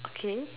okay